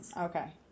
okay